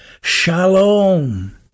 Shalom